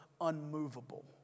unmovable